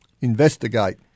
investigate